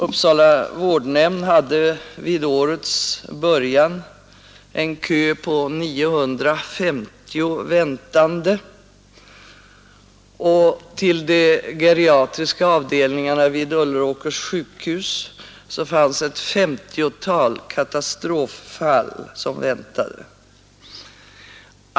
Uppsala vårdnämnd hade vid årets början en kö på 950 väntande, och på de geriatriska avdelningarna vid Ulleråkers sjukhus hade man ett femtiotal katastroffall på väntelistan.